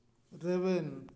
ᱨᱮᱵᱮᱱ